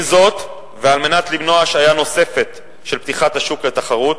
זאת ועל מנת למנוע השהיה נוספת של פתיחת השוק לתחרות,